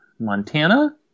Montana